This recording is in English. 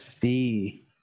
see